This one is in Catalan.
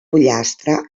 pollastre